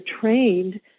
trained